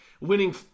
Winning